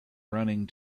running